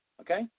okay